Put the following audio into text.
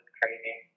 crazy